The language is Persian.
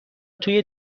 توی